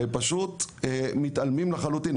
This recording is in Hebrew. ופשוט מתעלמים לחלוטין.